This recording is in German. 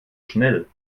schnell